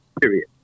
Period